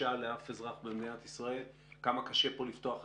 לאף אזרח במדינת ישראל כמה קשה כאן לפתוח עסקים,